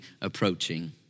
approaching